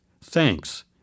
Thanks